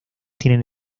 tienen